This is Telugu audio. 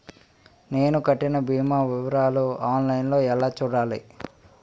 నేను కట్టిన భీమా వివరాలు ఆన్ లైన్ లో ఎలా చూడాలి?